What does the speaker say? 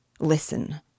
Listen